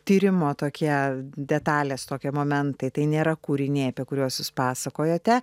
tyrimo tokie detalės tokie momentai tai nėra kūriniai apie kuriuos jūs pasakojote